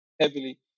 heavily